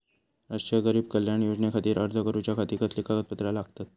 राष्ट्रीय गरीब कल्याण योजनेखातीर अर्ज करूच्या खाती कसली कागदपत्रा लागतत?